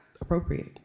appropriate